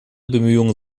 bemühungen